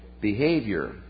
behavior